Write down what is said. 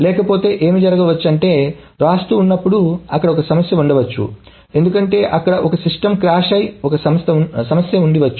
లేకపోతే ఏమి జరగవచ్చు అంటే వ్రాస్తూ వున్నప్పుడు అక్కడఒక సమస్య ఉండొచ్చు ఎందుకంటే అక్కడ ఒక సిస్టమ్ క్రాష్ఒక సమస్య ఉండి ఉండవచ్చు